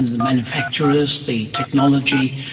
the manufacturers, the technology,